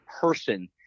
person